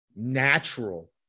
Natural